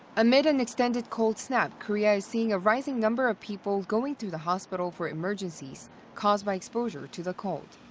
amid an extended cold snap, korea is seeing a rising number of people going to the hospital for emergencies caused by exposure to the cold.